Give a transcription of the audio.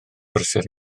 brysur